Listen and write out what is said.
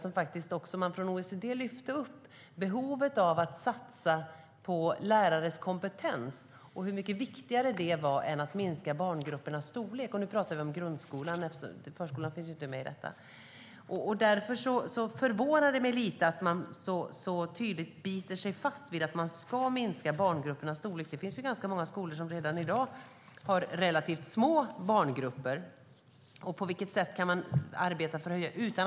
OECD lyfte upp behovet av att satsa på lärares kompetens och hur mycket viktigare det är än att minska barngruppernas storlek. Nu pratar vi om grundskolan - förskolan finns ju inte med i detta. Därför förvånar det mig lite att man så tydligt biter sig fast i att man ska minska barngruppernas storlek. Det finns ju ganska många skolor som redan i dag har relativt små barngrupper utan att det höjer kvaliteten.